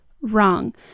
wrong